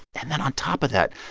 then then on top of that,